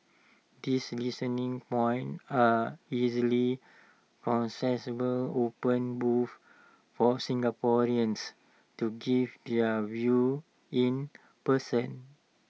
these listening points are easily accessible open booths for Singaporeans to give their view in person